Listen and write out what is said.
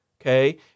okay